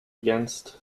against